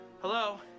Hello